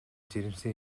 жирэмсэн